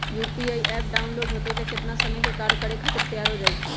UPI app download होई त कितना समय मे कार्य करे खातीर तैयार हो जाई?